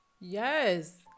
yes